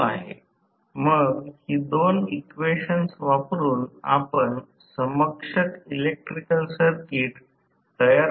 दुसऱ्या किंवा तृतीय वर्षाला गेल्यावर यापेक्षा तपशीलवार आणि सर्व काही शिकाल